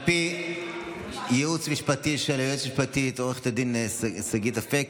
על פי ייעוץ משפטי של היועצת המשפטית שגית אפיק